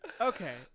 okay